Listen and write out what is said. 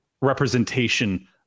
representation